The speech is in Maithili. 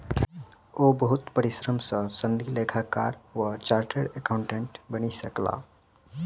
ओ बहुत परिश्रम सॅ सनदी लेखाकार वा चार्टर्ड अकाउंटेंट बनि सकला